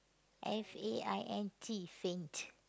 F A I N T faint